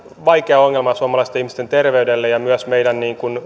vaikea ongelma suomalaisten ihmisten terveyden ja myös meidän